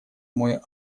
мой